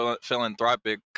philanthropic